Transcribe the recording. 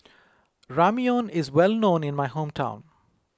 Ramyeon is well known in my hometown